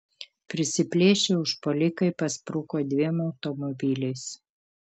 prisiplėšę užpuolikai paspruko dviem automobiliais